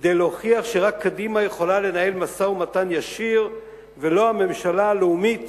כדי להוכיח שרק קדימה יכולה לנהל משא-ומתן ישיר ולא הממשלה הלאומית